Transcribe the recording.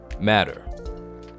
matter